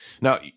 now